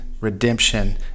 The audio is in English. redemption